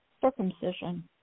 circumcision